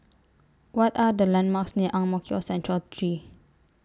What Are The landmarks near Ang Mo Kio Central three